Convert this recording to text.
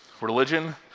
Religion